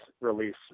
release